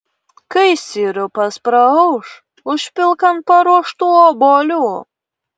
kai sirupas praauš užpilk ant paruoštų obuolių